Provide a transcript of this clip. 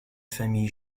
famille